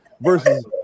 versus